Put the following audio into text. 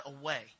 away